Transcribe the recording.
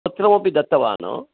पत्रमपि दत्तवान्